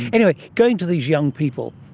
anyway, going to these young people,